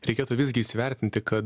reikėtų visgi įsivertinti kad